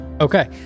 Okay